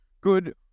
good